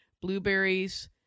blueberries